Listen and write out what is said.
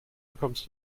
bekommst